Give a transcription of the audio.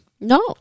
No